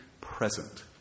present